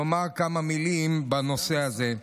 נאמר כמה מילים בנושא הזה,